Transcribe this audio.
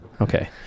Okay